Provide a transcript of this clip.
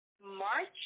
March –